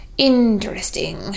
Interesting